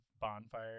bonfire